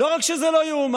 לא רק שזה לא יאומן,